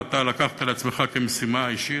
ואתה לקחת על עצמך כמשימה אישית,